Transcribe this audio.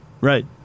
right